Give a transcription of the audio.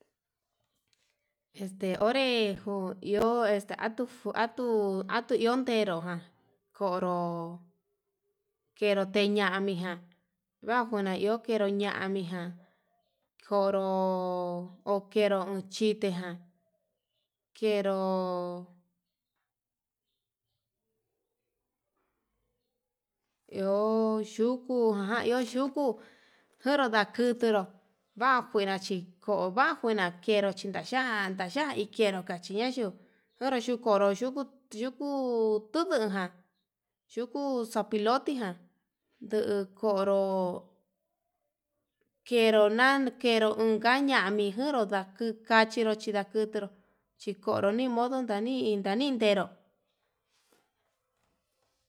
Onré iho este atuu atuu iho atuu ndutenru ján, konró kenro teñamiján vakenro iho ñamiján njonru uun kenruu uu chiteján, kero iho yuku jan yuku njunru ndakutunru va'a njuera chí ko'o vanjuina kenro chí kaxhian kaxhian hi kenró nakachi ña yuu onoro yuu konro yuku, yuku tundujan, yuku sopilote ján nduu konro kenonan kenró unka ñani kenró ndakuu kachinro chidakuturu, ikonró nimodo ndanii ndaninteró.